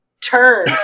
turn